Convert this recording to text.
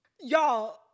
y'all